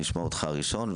נשמע אותך ראשון,